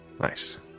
Nice